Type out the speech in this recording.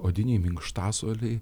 odiniai minkštasuoliai